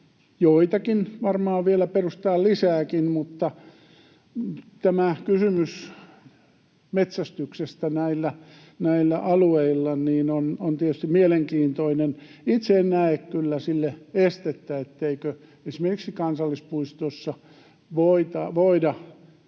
joitakin varmaan vielä perustetaan lisääkin, mutta tämä kysymys metsästyksestä näillä alueilla on tietysti mielenkiintoinen. Itse en näe kyllä estettä sille, etteikö esimerkiksi kansallispuistossa voida